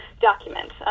document